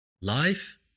Life